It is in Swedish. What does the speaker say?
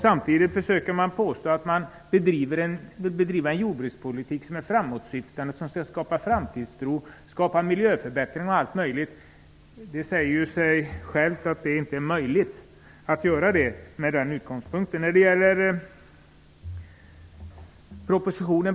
Samtidigt påstår socialdemokraterna att de driver en framåtsyftande jordbrukspolitik som skall skapa framtidstro, miljöförbättringar och allt möjligt. Men det säger sig självt att det inte är möjligt att göra det med en sådan utgångspunkt.